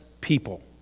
people